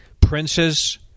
princes